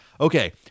Okay